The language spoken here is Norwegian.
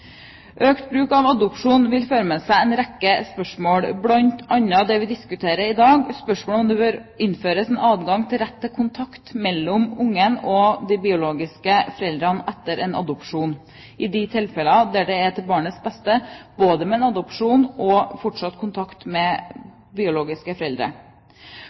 Økt bruk av adopsjon vil føre med seg en rekke spørsmål, bl.a. det vi diskuterer i dag, spørsmålet om det bør innføres en adgang til rett til kontakt mellom barnet og de biologiske foreldrene etter en adopsjon i de tilfeller der det er til barnets beste både med adopsjon og med fortsatt kontakt med biologiske foreldre.